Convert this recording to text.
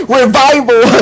revival